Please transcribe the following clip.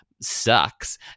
sucks